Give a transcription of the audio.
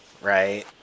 right